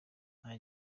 nta